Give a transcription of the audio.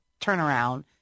turnaround